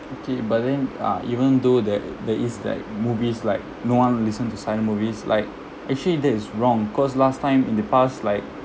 okay but then uh even though that there is like movies like no one listen to silent movies like actually that is wrong cause last time in the past like